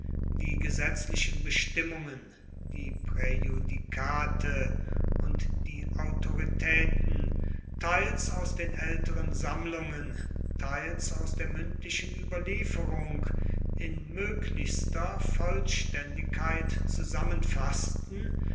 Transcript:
die gesetzlichen bestimmungen die präjudikate und die autoritäten teils aus den älteren sammlungen teils aus der mündlichen überlieferung in möglichster vollständigkeit zusammenfaßten